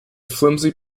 flimsy